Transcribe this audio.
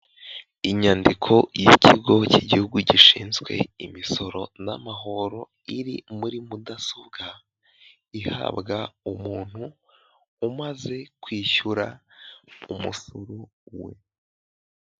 Inyandiko y'ikigo cy'igihugu gishinzwe imisoro n'amahoro iri muri mudasobwa ihabwa umuntu umaze kwishyura umusoro we.